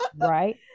Right